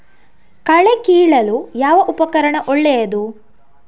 ಕಳೆ ಕೀಳಲು ಯಾವ ಉಪಕರಣ ಒಳ್ಳೆಯದು?